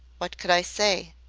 what could i say?